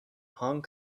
hong